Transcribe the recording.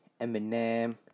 Eminem